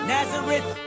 Nazareth